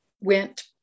went